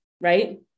right